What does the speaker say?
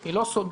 היא לא סודית?